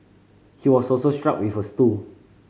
he was also struck with a stool